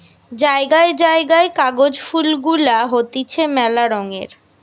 জায়গায় জায়গায় কাগজ ফুল গুলা হতিছে মেলা রঙের